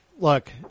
look